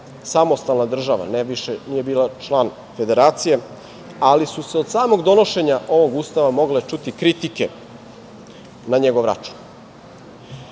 samostalna država, nije više bila član federacije, ali su se od samog donošenja ovog Ustava mogle čuti kritike na njegov